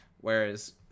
whereas